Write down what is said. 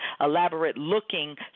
elaborate-looking